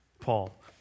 Paul